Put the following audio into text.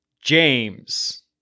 james